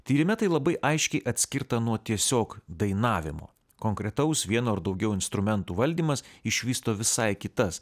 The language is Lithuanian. tyrime tai labai aiškiai atskirta nuo tiesiog dainavimo konkretaus vieno ar daugiau instrumentų valdymas išvysto visai kitas